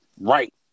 right